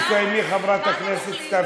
תסיימי, חברת הכנסת סתיו שפיר, בבקשה.